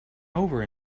over